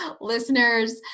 listeners